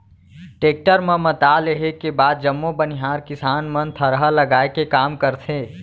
tractor म मता लेहे के बाद जम्मो बनिहार किसान मन थरहा लगाए के काम करथे